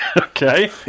Okay